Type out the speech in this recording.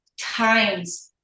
times